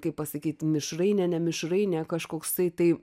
kaip pasakyt mišrainė ne mišrainė kažkoksai tai